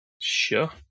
Sure